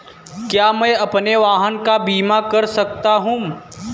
क्या मैं अपने वाहन का बीमा कर सकता हूँ?